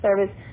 service